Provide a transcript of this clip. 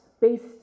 based